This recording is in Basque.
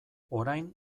orain